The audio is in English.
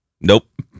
nope